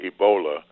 Ebola